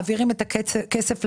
מעבירים את הכסף לסיעות,